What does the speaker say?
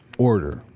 order